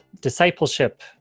discipleship